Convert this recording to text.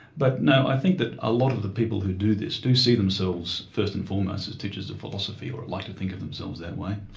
but no, i think that a lot of the people who do this, do see themselves first and foremost as teachers of philosophy, or like to think of themselves that way.